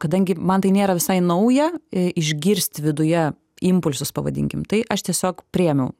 kadangi man tai nėra visai nauja išgirst viduje impulsus pavadinkim tai aš tiesiog priėmiau